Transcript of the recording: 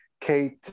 Kate